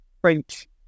French